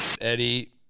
Eddie